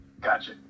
Gotcha